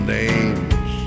names